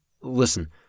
Listen